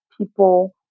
people